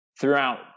Throughout